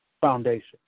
foundation